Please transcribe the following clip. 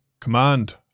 Command